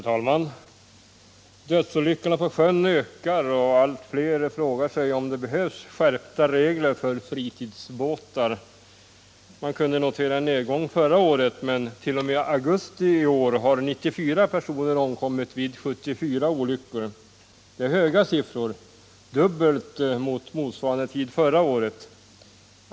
Herr talman! Antalet dödsolyckor till sjöss ökar, och allt fler frågar sig om det behövs skärpta regler för fritidsbåtar. Man kunde notera en nedgång i antalet olyckor förra året, men t.o.m. augusti i år har 94 personer omkommit vid 74 olyckor. Det är höga siffror — dubbelt så stora som under motsvarande tid förra året.